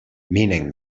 meaning